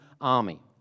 army